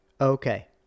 Okay